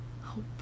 Hope